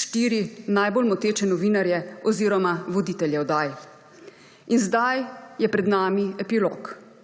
štiri najbolj moteče novinarje oziroma voditelje oddaj. In zdaj je pred nami epilog.